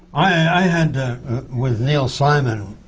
i had, with neil simon,